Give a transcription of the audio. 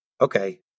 okay